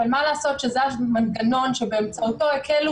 אבל מה לעשות שזה המנגנון שבאמצעותו הקלו